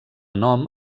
nom